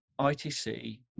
ITC